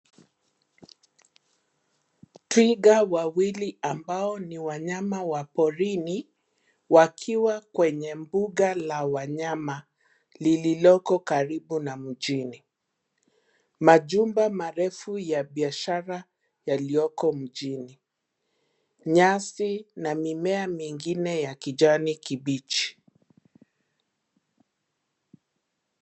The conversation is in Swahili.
Twiga wawili ambao ni wanyama wa porini wakiwa kwenye mbuga la wanyama lililoko karibu na mjini. Majumba marefu ya biashara yalioko mjini. Nyasi na mimea mingine ya kijani kibichi.